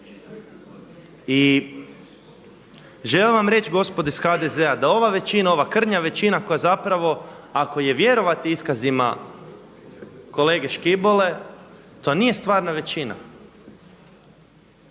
I želim vam reći gospodo iz HDZ-a da ova većina, ova krnja većina koja zapravo ako je vjerovati iskazima kolege Škibole, to nije stvarna većina